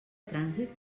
trànsit